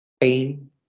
pain